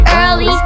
early